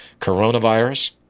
coronavirus